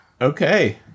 Okay